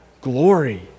glory